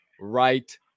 right